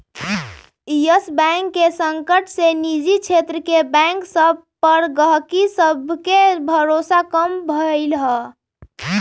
इयस bank के संकट से निजी क्षेत्र के बैंक सभ पर गहकी सभके भरोसा कम भेलइ ह